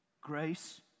Grace